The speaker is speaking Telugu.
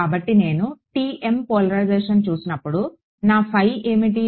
కాబట్టి నేను TM పోలరైజేషన్ చూసినప్పుడు నా ఫై ఏమిటి